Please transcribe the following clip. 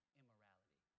immorality